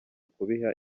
kubiha